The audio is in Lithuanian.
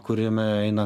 kuriame eina